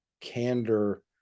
candor